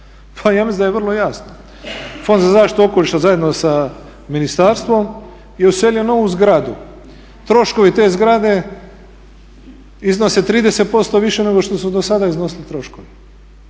Pa ja mislim da je vrlo jasno. Fond za zaštitu okoliša zajedno sa ministarstvom je uselio u novu zgradu. Troškovi te zgrade iznose 30% više nego što su do sada iznosili troškovi